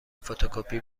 فتوکپی